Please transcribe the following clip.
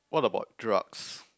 what about drugs